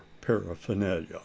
paraphernalia